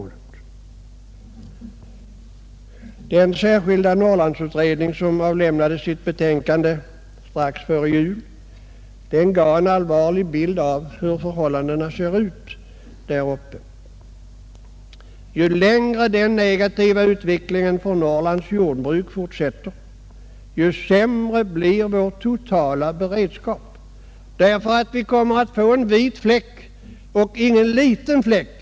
Den särskilda Norrlandsutredning som avlämnade sitt betänkande slrux före jul målade en allvarlig bild av förhållandena där uppe. Ju längre den negativa utvecklingen för Norrlands jordbruk fortsätter, desto sämre blir vår totala beredskap. Vi kommer att få en vit fläck -- och ingen liten fläck.